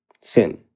sin